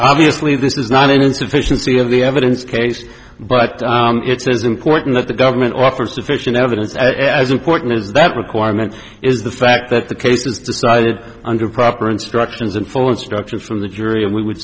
obviously this is not an insufficiency of the evidence case but it's is important that the government offer sufficient evidence as important as that requirement is the fact that the case was decided under proper instructions and full instructions from the jury and we would